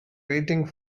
waiting